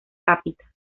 cápita